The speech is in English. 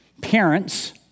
parents